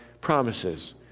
promises